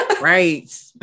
right